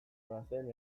bazen